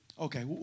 Okay